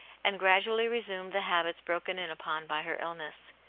and gra dually resumed the habits broken in upon by her illness.